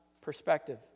perspective